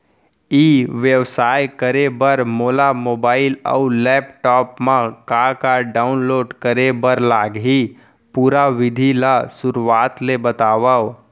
ई व्यवसाय करे बर मोला मोबाइल अऊ लैपटॉप मा का का डाऊनलोड करे बर लागही, पुरा विधि ला शुरुआत ले बतावव?